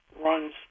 runs